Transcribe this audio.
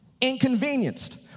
inconvenienced